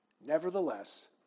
Nevertheless